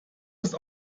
ist